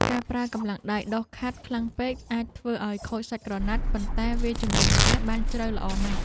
ការប្រើកម្លាំងដៃដុសខាត់ខ្លាំងពេកអាចធ្វើឱ្យខូចសាច់ក្រណាត់ប៉ុន្តែវាជម្រះក្អែលបានជ្រៅល្អណាស់។